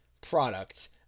product